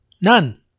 none